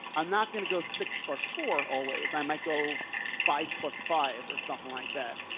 i'm not going to go six plus four always i might go five plus five or something like that.